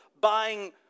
buying